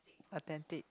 attend it